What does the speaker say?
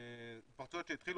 התפרצויות שהתחילו